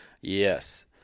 yes